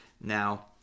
Now